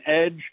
edge